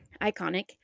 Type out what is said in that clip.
iconic